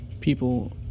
people